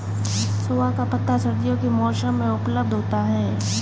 सोआ का पत्ता सर्दियों के मौसम में उपलब्ध होता है